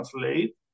translate